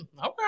Okay